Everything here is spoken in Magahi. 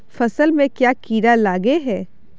फसल में क्याँ कीड़ा लागे है?